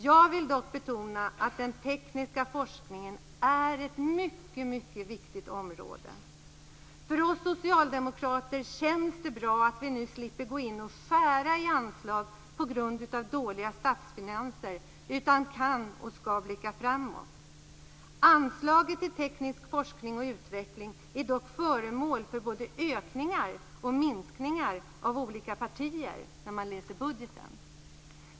Jag vill betona att den tekniska forskningen är ett mycket viktigt område. För oss socialdemokrater känns det dock bra att vi nu slipper gå in och skära i anslag på grund av dåliga statsfinanser utan att vi kan och skall blicka framåt. Anslaget till teknisk forskning och utveckling är dock föremål för både ökningar och minskningar - av olika partier - när man läser budgeten.